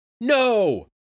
No